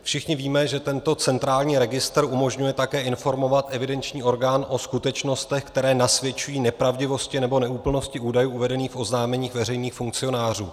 Všichni víme, že tento centrální registr umožňuje také informovat evidenční orgán o skutečnostech, které nasvědčují nepravdivosti nebo neúplnosti údajů uvedených v oznámení veřejných funkcionářů.